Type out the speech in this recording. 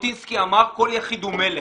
ז'בוטינסקי אמר כל יחיד הוא מלך.